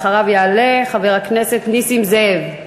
אחריו יעלה חבר הכנסת נסים זאב.